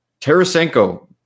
Tarasenko